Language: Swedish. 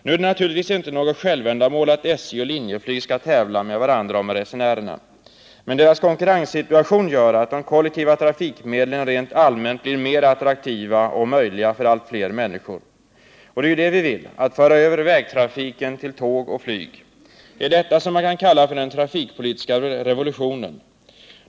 Nu är det naturligtvis inte något självändamål att SJ och Linjeflyg skall tävla med varandra om resenärerna. Men deras konkurrenssituation gör att de kollektiva trafikmedlen rent allmänt blir mer attraktiva och möjliga för allt fler människor. Och det är ju det vi vill — att föra över vägtrafiken till tåg och flyg. Det är detta som man kan kalla den trafikpolitiska revolutionen.